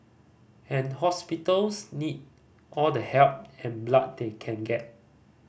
and hospitals need all the help and blood they can get